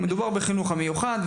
מדובר בחינוך המיוחד,